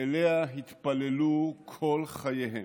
שאליה התפללו כל חייהם.